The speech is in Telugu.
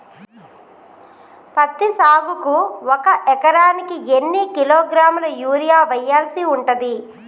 పత్తి సాగుకు ఒక ఎకరానికి ఎన్ని కిలోగ్రాముల యూరియా వెయ్యాల్సి ఉంటది?